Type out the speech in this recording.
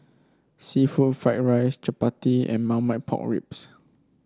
seafood Fried Rice chappati and Marmite Pork Ribs